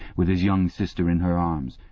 with his young sister in her arms.